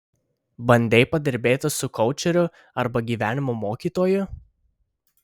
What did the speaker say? bandei padirbėti su koučeriu arba gyvenimo mokytoju